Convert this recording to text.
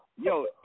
Yo